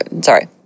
sorry